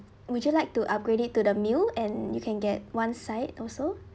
would you like to upgrade it to the meal and you can get one side also